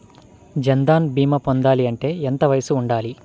జన్ధన్ భీమా పొందాలి అంటే ఎంత వయసు ఉండాలి?